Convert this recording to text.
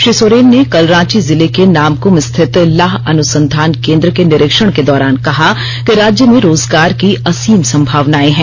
श्री सोरेन ने कल रांची जिले के नामकुम स्थित लाह अनुसंधान केन्द्र के निरीक्षण के दौरान कहा कि राज्य में रोजगार की असीम संभावनाये हैं